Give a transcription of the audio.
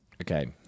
Okay